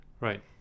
Right